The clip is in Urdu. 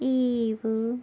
ایگو